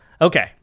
okay